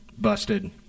busted